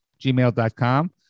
gmail.com